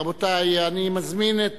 רבותי, אני מזמין את